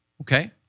okay